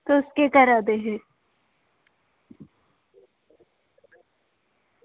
तुस केह् करा दे हे